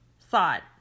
thought